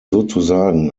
sozusagen